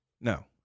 No